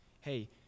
Hey